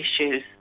issues